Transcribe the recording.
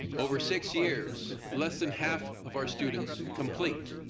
over six years less than half of our students complete